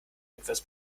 etwas